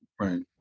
Right